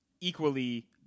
equally